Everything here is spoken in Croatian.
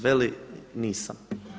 Veli nisam.